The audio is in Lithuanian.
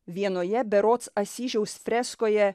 vienoje berods asyžiaus freskoje